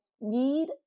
need